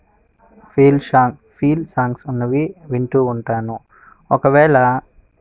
feel song feel songs ఉన్నవి వింటు ఉంటాను ఒకవేళ